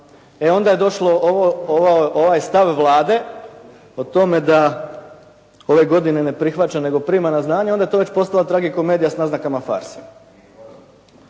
E onda je došlo ovo, ovaj stav Vlade o tome da ove godine ne prihvaća nego prima na znanje onda je to već postala tragikomedija s naznakama farse.